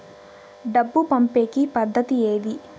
డబ్బు పంపేకి పద్దతి ఏది